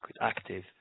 active